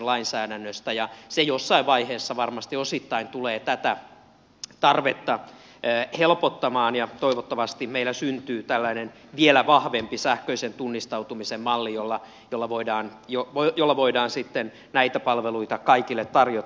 se jossain vaiheessa varmasti osittain tulee tätä tarvetta helpottamaan ja toivottavasti meillä syntyy vielä vahvempi sähköisen tunnistautumisen malli jolla voidaan sitten näitä palveluita kaikille tarjota